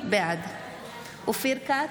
בעד אופיר כץ,